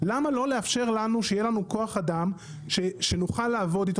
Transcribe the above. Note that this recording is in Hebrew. למה לא לאפשר לנו שיהיה לנו כוח אדם שנוכל לעבוד איתו,